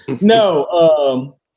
No